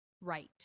right